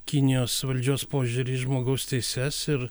kinijos valdžios požiūrį į žmogaus teises ir